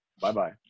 Bye-bye